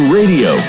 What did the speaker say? radio